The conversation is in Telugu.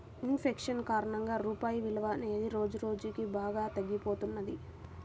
ఇన్ ఫేషన్ కారణంగా రూపాయి విలువ అనేది రోజురోజుకీ బాగా తగ్గిపోతున్నది